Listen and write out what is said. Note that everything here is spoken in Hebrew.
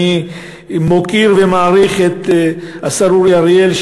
אני מוקיר ומעריך את השר אורי אריאל,